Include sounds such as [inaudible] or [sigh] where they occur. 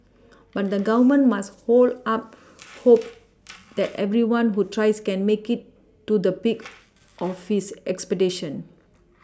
[noise] but the Government must [unintelligible] up hope that everyone who tries can make it to the peak of his expectation